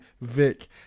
Vic